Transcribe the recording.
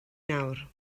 nawr